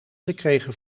gekregen